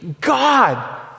God